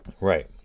Right